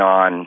on